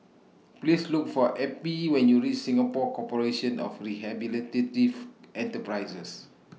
Please Look For Eppie when YOU REACH Singapore Corporation of Rehabilitative Enterprises